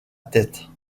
tête